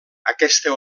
aquesta